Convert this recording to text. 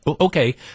Okay